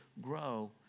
grow